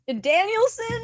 danielson